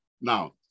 Now